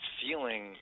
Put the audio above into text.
feeling –